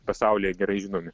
pasaulyje gerai žinomi